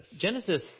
Genesis